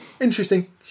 interesting